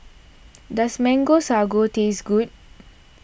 does Mango Sago taste good